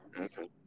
Okay